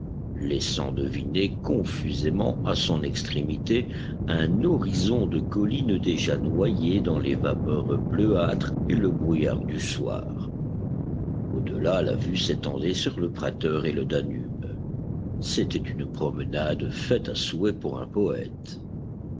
laissant deviner confusément à son extrémité un horizon de collines déjà noyées dans les vapeurs bleuâtres et le brouillard du soir au delà la vue s'étendait sur le prater et le danube c'était une promenade faite à souhait pour un poète